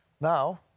Now